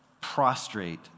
prostrate